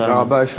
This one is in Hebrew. תודה רבה.